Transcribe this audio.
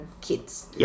kids